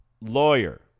lawyer